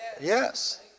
Yes